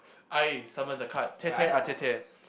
I summon the card tete-a-tete